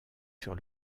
sur